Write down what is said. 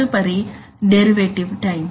తదుపరి derivative time